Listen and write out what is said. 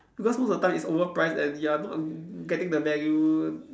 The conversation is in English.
because most of the time is overpriced and you are not g~ getting the value